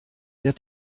der